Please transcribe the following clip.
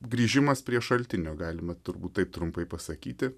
grįžimas prie šaltinio galima turbūt taip trumpai pasakyti